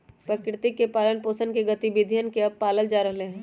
प्रकृति के पालन पोसन के गतिविधियन के अब पाल्ल जा रहले है